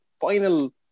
final